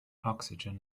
oxygen